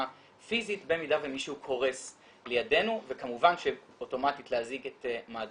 פיזית במידה ומישהו קורס לידנו וכמובן שאוטומטית להזעיק את מד"א.